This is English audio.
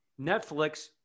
Netflix